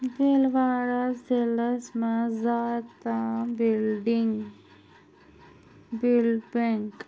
بِلوارہ ضلعس مَنٛز زال تام بِلڈِنٛگ بٕلڈ بیٚنٛک